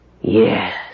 Yes